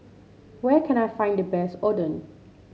where can I find the best Oden